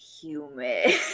humid